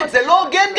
זה לא הוגן,